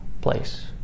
place